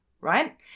right